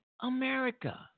America